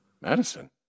Madison